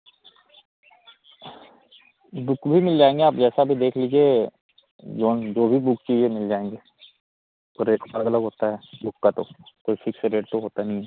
book भी मिल जाएँगे आप जैसा भी देख लीजिए जान जो भी बुक चाहिए मिल जाएँगे तो रेट अलग अलग होता है बुक का ता कोई फ़िक्स रेट तो होता नहीं है